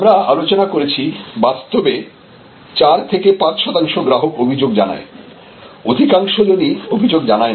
আমরা আলোচনা করেছি বাস্তবে ৪ থেকে ৫ শতাংশ গ্রাহক অভিযোগ জানায় অধিকাংশজনই অভিযোগ জানায় না